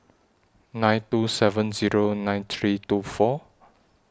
nine two seven Zero nine three two four